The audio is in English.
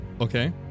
Okay